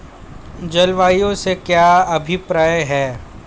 जलवायु से क्या अभिप्राय है?